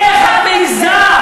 איך את מעזה?